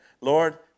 Lord